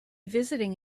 visiting